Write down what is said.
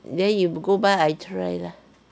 then you go buy I try lah